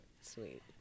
Sweet